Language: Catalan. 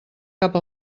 cap